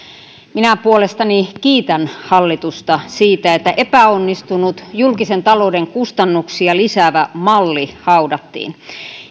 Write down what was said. minä puolestani kiitän hallitusta siitä että epäonnistunut julkisen talouden kustannuksia lisäävä malli haudattiin